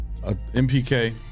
MPK